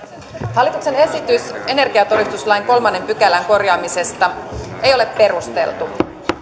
hallituksen esitys energiatodistuslain kolmannen pykälän korjaamisesta ei ole perusteltu